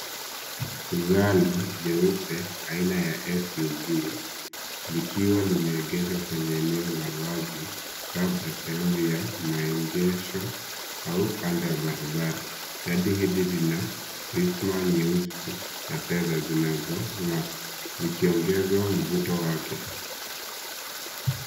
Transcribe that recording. Gari jeupe aina ya SUV likiwa limeegeshwa kwenye eneo la wazi, labda sehemu ya maegesho au kando ya barabara. Gari hili lina risma nyeusi na fedha zinazong'aa likiongeza mvuto wake.